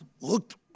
looked